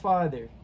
Father